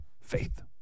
Faith